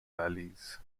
valleys